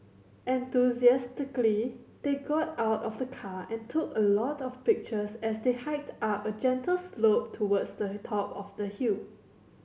enthusiastically they got out of the car and took a lot of pictures as they hiked up a gentle slope towards the top of the hill